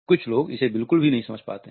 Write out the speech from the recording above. कुछ लोग इसे बिलकुल भी नहीं समझ पाते हैं